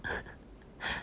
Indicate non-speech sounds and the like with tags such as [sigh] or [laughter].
[laughs]